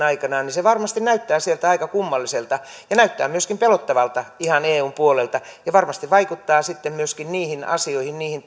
aikana niin se varmasti näyttää aika kummalliselta ja näyttää myöskin pelottavalta ihan eun puolelta ja varmasti vaikuttaa sitten myöskin niihin asioihin niihin